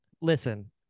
listen